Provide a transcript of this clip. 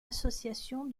association